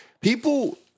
People